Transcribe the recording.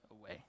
away